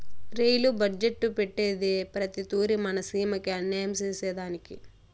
rail budget పెట్టేదే ప్రతి తూరి మన సీమకి అన్యాయం సేసెదానికి